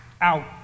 out